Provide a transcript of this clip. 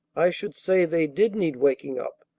i should say they did need waking up,